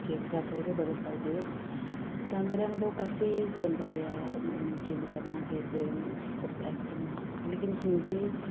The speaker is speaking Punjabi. ਚੇਂਜ ਕਰ ਸਕਦੇ ਹੋ ਬਦਲ ਸਕਦੇ ਹੋ ਤਾਂ ਮੇਰਾ ਅਨੁਭਵ ਕਾਫ਼ੀ ਚੰਗਾ ਰਿਹਾ ਮੈਨੂੰ ਚੇਂਜ ਕਰਨਾ ਕਿ ਜੇ ਉਸ ਐਸੇ ਨੂੰ ਲੇਕਿਨ ਹਿੰਦੀ